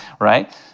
right